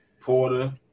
Porter